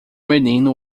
menino